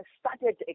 started